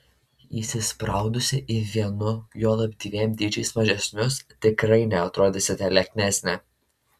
įsispraudusi į vienu juolab dviem dydžiais mažesnius tikrai neatrodysite lieknesnė